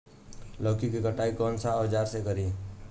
लौकी के कटाई कौन सा औजार से करी?